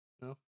No